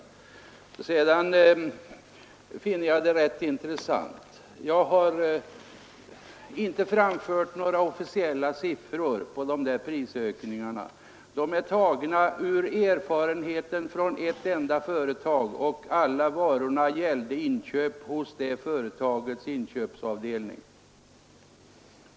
Vidare finner jag också en annan sak intressant. Jag har inte framfört några officiella siffror på prisökningarna. Exemplen var tagna från ett enda företag, och alla varorna gällde inköp hos det företagets inköpsavdelning.